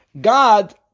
God